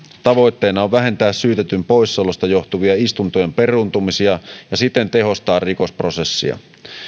tavoitteena on vähentää syytetyn poissaolosta johtuvia istuntojen peruuntumisia ja siten tehostaa rikosprosessia